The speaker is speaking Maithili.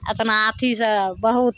एतना अथी सँ बहुत